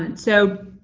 and so